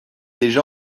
déjà